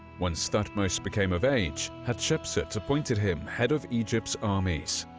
once thutmose became of age, hatshepsut appointed him head of egypt's armies.